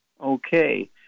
Okay